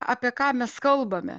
apie ką mes kalbame